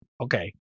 Okay